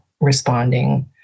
responding